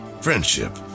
friendship